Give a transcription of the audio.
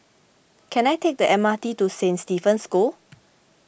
can I take the M R T to Saint Stephen's School